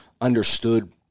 understood